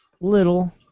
Little